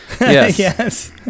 Yes